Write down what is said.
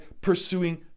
pursuing